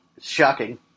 shocking